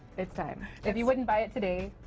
it's time. if you wouldn't buy it today,